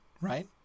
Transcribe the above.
right